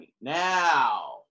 now